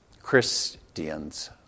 Christians